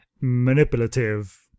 manipulative